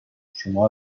شما